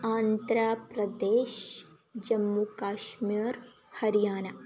आन्ध्राप्रदेशः Jammu Kashmir Haryana